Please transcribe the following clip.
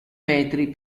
metri